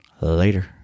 Later